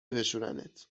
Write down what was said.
بشورنت